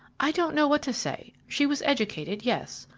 i don't know what to say. she was educated, yes,